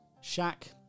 shack